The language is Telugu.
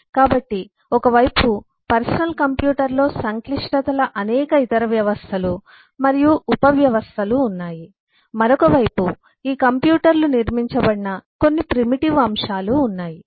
కాబట్టి ఒక వైపు పర్సనల్ కంప్యూటర్లో సంక్లిష్టతల అనేక ఇతర వ్యవస్థలు మరియు ఉపవ్యవస్థలు ఉన్నాయి మరొక వైపు ఈ కంప్యూటర్లు నిర్మించబడిన కొన్ని ప్రిమిటివ్ అంశాలు ఉన్నాయి